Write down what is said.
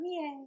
Yay